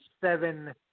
seven